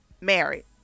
married